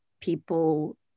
people